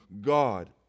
God